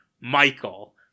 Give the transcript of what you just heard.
michael